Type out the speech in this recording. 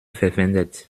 verwendet